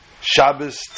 shabbos